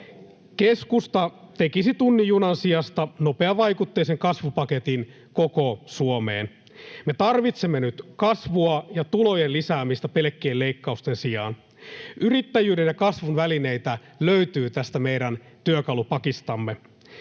Keskusta tekisi tunnin junan sijasta nopeavaikutteisen kasvupaketin koko Suomeen. Me tarvitsemme nyt kasvua ja tulojen lisäämistä pelkkien leikkausten sijaan. Yrittäjyyden ja kasvun välineitä löytyy tästä meidän työkalupakistamme.